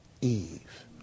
Eve